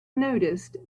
noticed